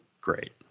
great